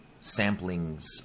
samplings